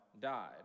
died